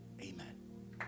Amen